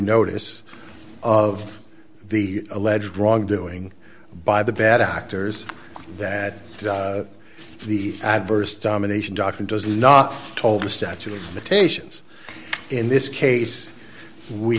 notice of the alleged wrongdoing by the bad actors that the adverse domination doctrine does not told the statute of limitations in this case we